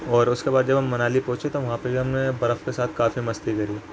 اور اس کے بعد جب ہم منالی پہنچے تو وہاں پہ جب ہم برف کے ساتھ کافی مستی کری